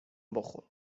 بخور